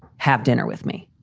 have dinner with me